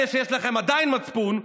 אלה מכם שיש להם עדיין מצפון,